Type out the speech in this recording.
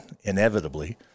inevitably